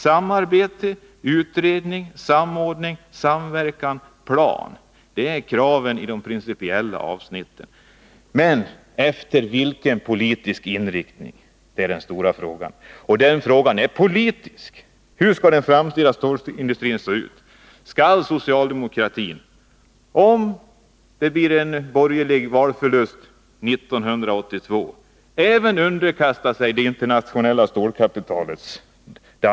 Samarbete, utredning, samordning, samverkan och en plan — det är kraven i de principiella avsnitten. Men den stora frågan är efter vilken politisk inriktning detta arbete skall ske — och den frågan är politisk. Hur skall den framtida stålindustrin se ut? Skall även socialdemokratin, om det blir en borgerlig valförlust 1982, dansa efter det internationella stålkapitalets pipa?